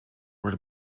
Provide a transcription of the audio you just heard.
were